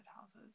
houses